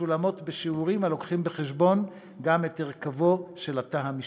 משולמות בשיעורים המביאים בחשבון גם את הרכבו של התא המשפחתי.